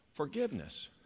Forgiveness